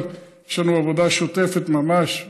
אבל יש לנו עבודה שוטפת ממש,